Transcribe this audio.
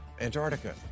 Antarctica